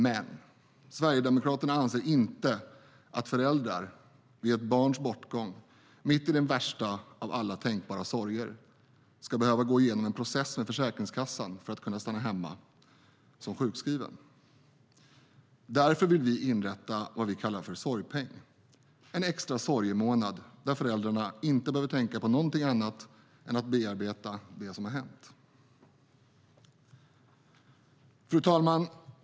Men Sverigedemokraterna anser inte att föräldrar vid ett barns bortgång, mitt i den värsta av alla tänkbara sorger, ska behöva gå igenom en process med Försäkringskassan för att kunna stanna hemma som sjukskriven. Därför vill vi inrätta vad vi kallar sorgpeng - en extra sorgemånad där föräldrarna inte behöver tänka på något annat än att bearbeta det som har hänt. Fru talman!